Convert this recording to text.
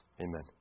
Amen